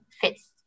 fits